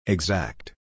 Exact